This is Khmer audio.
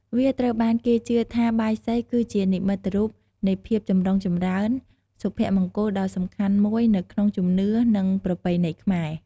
វាត្រូវបានគេជឿថាបាយសីគឺជា និមិត្តរូប នៃភាពចម្រុងចម្រើន សុភមង្គលដ៏សំខាន់មួយនៅក្នុងជំនឿ និងប្រពៃណីខ្មែរ។